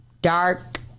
dark